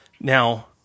Now